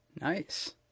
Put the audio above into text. Nice